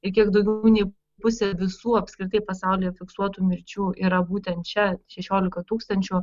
ir kiek daugiau nei pusė visų apskritai pasaulyje fiksuotų mirčių yra būtent čia šešiolika tūkstančių